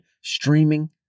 streaming